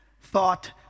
thought